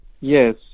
Yes